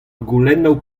goulennoù